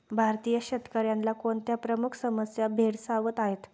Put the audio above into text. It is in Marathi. भारतीय शेतकऱ्यांना कोणत्या प्रमुख समस्या भेडसावत आहेत?